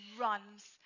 runs